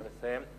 נא לסיים.